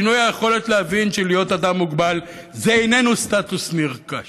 בשינוי היכולת להבין שלהיות אדם מוגבל זה איננו סטטוס נרכש.